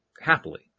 happily